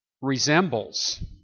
resembles